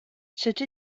cette